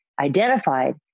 identified